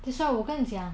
that's why 我跟你讲